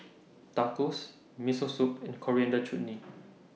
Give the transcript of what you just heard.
Tacos Miso Soup and Coriander Chutney